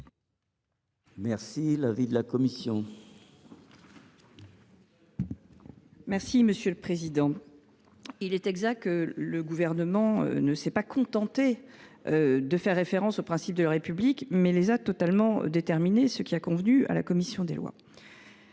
est l’avis de la commission ? Il est exact que le Gouvernement ne s’est pas contenté de faire référence aux principes de la République. Il les a totalement déterminés, ce qui a convenu à la commission des lois.